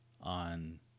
on